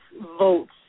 votes